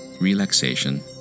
relaxation